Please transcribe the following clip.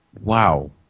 Wow